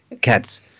cats